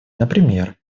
например